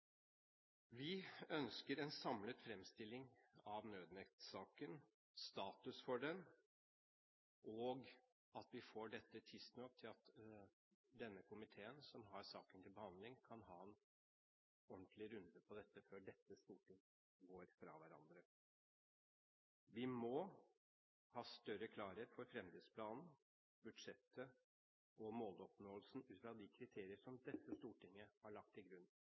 Vi ønsker en samlet fremstilling av nødnettsaken, status for den, og at vi får dette tidsnok til at denne komiteen, som har saken til behandling, kan ha en ordentlig runde på dette før dette storting går fra hverandre. Vi må ha større klarhet for fremdriftsplanen, budsjettet og måloppnåelsen ut fra de kriteriene som dette stortinget har lagt til grunn.